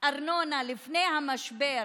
ארנונה לפני המשבר,